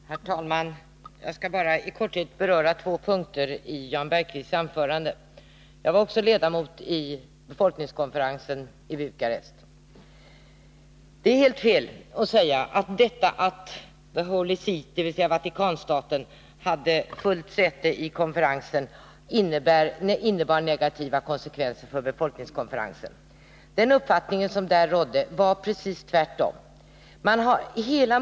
Herr talman! Jag skall bara i korthet beröra två punkter i Jan Bergqvists anförande. Jag var också ledamot vid befolkningskonferensen i Bukarest. Det är helt fel att säga att det förhållandet att The Holy Seat, dvs. Vatikanstaten, hade fullt säte på konferensen innebar negativa konsekvenser för befolkningskonferensen. Den uppfattning som där rådde var precis den motsatta.